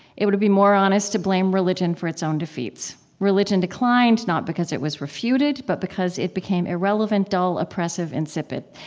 it would be more honest to blame religion for its own defeats. religion declined not because it was refuted, but because it became irrelevant, dull, oppressive, insipid.